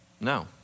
No